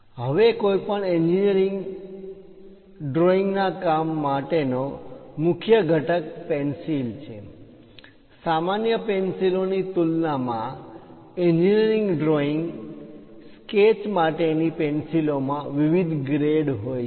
હવે કોઈપણ ડ્રોઈંગ ના કામ માટે નો મુખ્ય ઘટક પેન્સિલ છે સામાન્ય પેન્સિલો ની તુલનામાં એન્જિનિયરિંગ ડ્રોઈંગ સ્કેચ માટેની પેન્સિલોમાં વિવિધ ગ્રેડ હોય છે